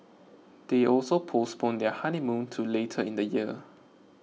they also postponed their honeymoon to later in the year